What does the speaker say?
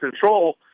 control